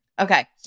Okay